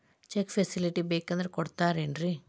Check facility ಬೇಕಂದ್ರ ಕೊಡ್ತಾರೇನ್ರಿ?